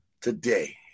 today